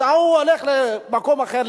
אז הוא הולך למקום אחר,